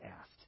asked